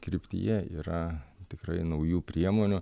kryptyje yra tikrai naujų priemonių